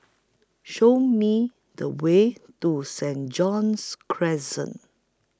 Show Me The Way to Saint John's Crescent